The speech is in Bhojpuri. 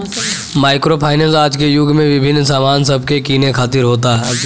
माइक्रो फाइनेंस आज के युग में विभिन्न सामान सब के किने खातिर होता